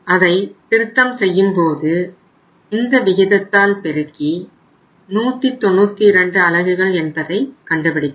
அதை திருத்தம் செய்யும்போது இந்த விகிதத்தால் பெருக்கி 192 அலகுகள் என்பதைக் கண்டுபிடித்தோம்